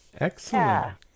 excellent